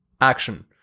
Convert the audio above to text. Action